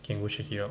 can go see here